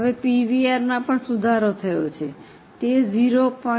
હવે પીવીઆરમાં પણ સુધારો થયો છે તે 0